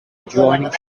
adjoining